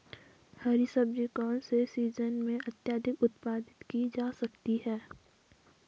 हरी सब्जी कौन से सीजन में अत्यधिक उत्पादित की जा सकती है?